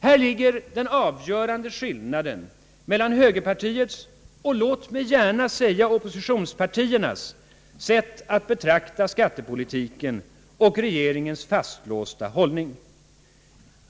Här ligger den avgörande skillnaden mellan högerpartiets och, låt mig gärna säga, oppositionspartiernas sätt att betrakta skattepolitiken och regeringens fastlåsta hållning.